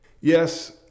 Yes